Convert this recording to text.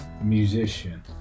Musician